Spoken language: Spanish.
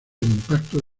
impacto